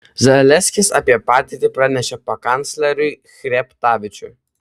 zaleskis apie padėtį pranešė pakancleriui chreptavičiui